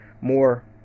more